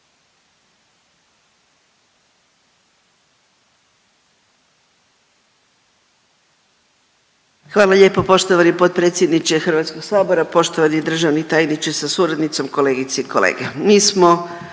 Hvala lijepo poštovani potpredsjedniče HS, poštovani državni tajniče sa suradnicom, kolegice i kolege.